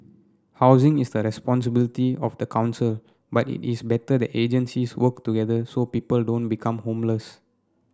housing is the responsibility of the council but it is better that agencies work together so people don't become homeless